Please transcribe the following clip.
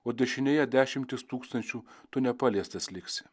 o dešinėje dešimtys tūkstančių tu nepaliestas liksi